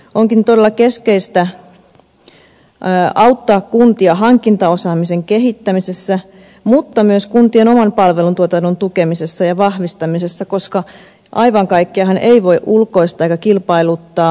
onkin todella keskeistä auttaa kuntia hankintaosaamisen kehittämisessä mutta myös kuntien oman palvelutuotannon tukemisessa ja vahvistamisessa koska aivan kaikkeahan ei voi ulkoistaa eikä kilpailuttaa